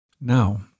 Now